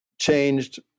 changed